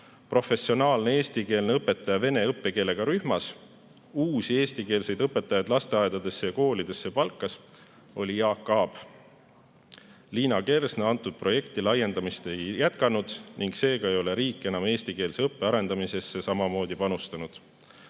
"Professionaalne eestikeelne õpetaja vene õppekeelega rühmas" uusi eestikeelseid õpetajaid lasteaedadesse ja koolidesse palkas, oli Jaak Aab. Liina Kersna selle projekti laiendamist ei ole jätkanud, seega ei ole riik enam eestikeelse õppe arendamisse samamoodi panustanud.